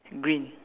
green